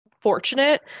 fortunate